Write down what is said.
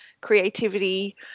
creativity